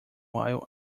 while